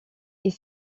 est